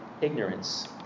ignorance